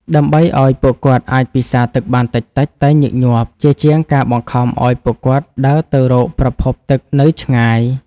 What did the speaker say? ដើម្បីឱ្យពួកគាត់អាចពិសាទឹកបានតិចៗតែញឹកញាប់ ជាជាងការបង្ខំឱ្យពួកគាត់ដើរទៅរកប្រភពទឹកនៅឆ្ងាយ។